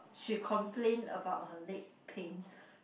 she complain about her leg pains